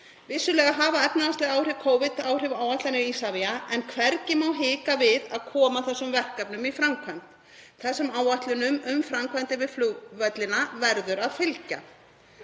Vissulega hafa efnahagsleg áhrif Covid áhrif á áætlanir Isavia en hvergi má hika við að koma þessum verkefnum í framkvæmd. Þessum áætlunum um framkvæmdir við flugvellina verður að fylgja.